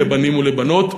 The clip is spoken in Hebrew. לבנים ולבנות,